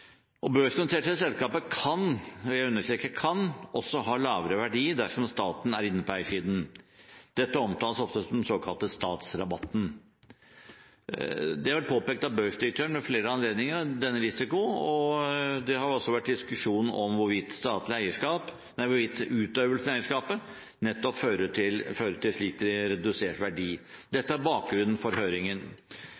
tøft marked. Børsnoterte selskaper kan – jeg understreker kan – ha lavere verdi dersom staten er inne på eiersiden. Dette omtales ofte som den såkalte statsrabatten. Denne risikoen har vært påpekt av børsdirektøren ved flere anledninger, og det har også vært diskusjon om hvorvidt utøvelsen av eierskapet nettopp fører til slik redusert verdi.